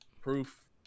Proof